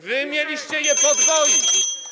Wy mieliście je podwoić.